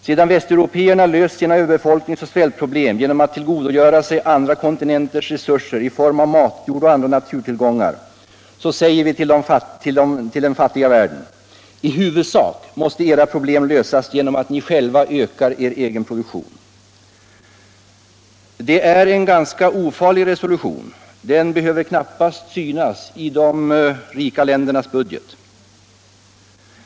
Sedan västeuropéerna löst sina överbefolknings och svältproblem genom att tillgodogöra sig andra kontinenters resurser i form av matjord och övriga naturtillgångar, säger vi till den fattiga världen: I huvudsak måste era problem lösas genom att ni själva ökar er produktion. Det är en ganska ofarlig. resolution. Den behöver knappast märkas i de rika ländernas budget.